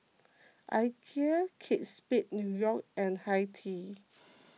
Ikea Kate Spade New York and Hi Tea